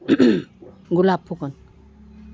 Golap Phukan